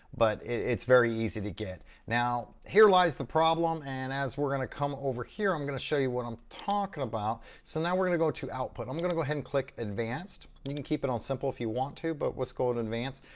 but it's very easy to get. now, here lies the problem, and as we're gonna come over here, i'm gonna show you what i'm talking about. so now we're gonna go to output. i'm gonna go ahead and click advanced. you can keep it on simple if you want to, but let's go in and advanced.